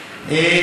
יתד.